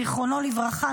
זיכרונו לברכה,